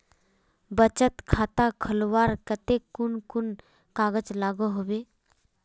बचत खाता खोलवार केते कुन कुन कागज लागोहो होबे?